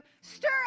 stir